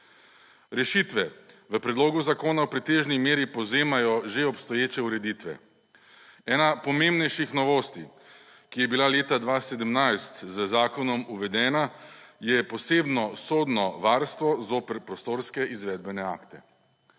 Rešitve v predlogu zakona v pretežni meri povzemajo že obstoječe ureditve. Ena pomembnejših novosti, ki je bila leta 2017 z zakonom uvedena je posebno sodno varstvo zoper prostorske izvedbene akte.